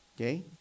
okay